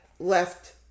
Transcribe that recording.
Left